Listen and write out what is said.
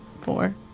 four